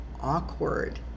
awkward